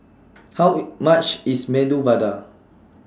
How IT much IS Medu Vada